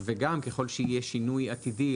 וגם ככל שיהיה שינוי עתידי,